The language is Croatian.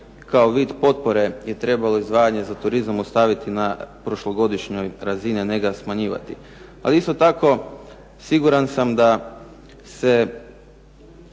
kao vid potpore je trebalo izdvajanje za turizam ostaviti na prošlogodišnjoj razini, a ne ga smanjivati. A isto tako siguran sam da se